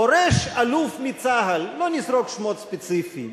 פורש אלוף בצה"ל, ולא נזרוק שמות ספציפיים.